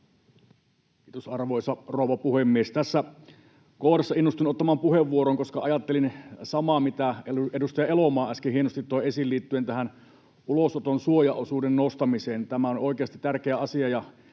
Kiitos, arvoisa rouva puhemies! Tässä kohdassa innostuin ottamaan puheenvuoron, koska ajattelin samaa, mitä edustaja Elomaa äsken hienosti toi esiin liittyen tähän ulosoton suojaosuuden nostamiseen. Tämä on oikeasti tärkeä asia,